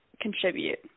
contribute